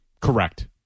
Correct